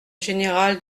général